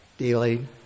Dealing